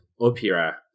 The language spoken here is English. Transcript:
opera